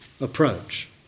approach